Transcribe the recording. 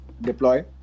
deploy